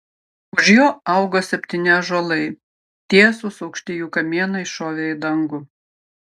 už jo augo septyni ąžuolai tiesūs aukšti jų kamienai šovė į dangų